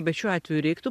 bet šiuo atveju reiktų